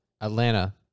Atlanta